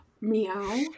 meow